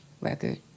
record